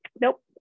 nope